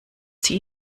sie